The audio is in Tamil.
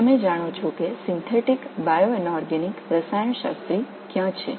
இது அவற்றில் ஒன்று செயற்கை உயிர்கனிமவியல் வேதியியலாளரின் ஆராய்ச்சி